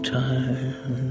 time